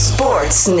Sports